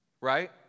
right